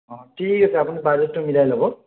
অঁ ঠিক আছে আপুনি বাজেটটো মিলাই ল'ব